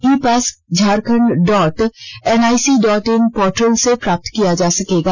E pass Jharkhand dot NIC dot in portal से प्राप्त किया जा सकेगा